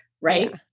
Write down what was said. right